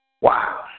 Wow